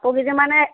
কাপোৰ কেইযোৰ মানে